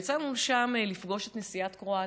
יצא לנו שם לפגוש את נשיאת קרואטיה,